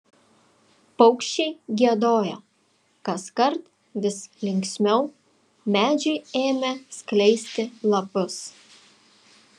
paukščiai giedojo kaskart vis linksmiau medžiai ėmė skleisti lapus